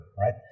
right